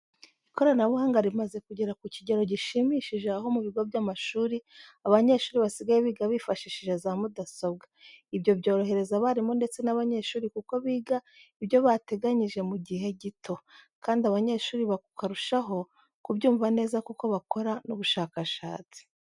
Ikoranabuhanga rimaze kujyera ku kijyero jyishimishije aho mu bigo by'amashuri abanyeshuri basigaye biga bifashishije za mudasobwa. Ibyo byorohereza abarimu ndetse n'abanyeshuri kuko biga ibyo bateganyije mu jyihe jyito, kandi abanyeshuri bakarushaho kubyumva neza kuko bakora n'ubushakashatsi.